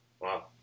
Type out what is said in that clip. Wow